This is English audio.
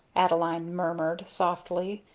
adeline murmured, softly,